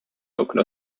local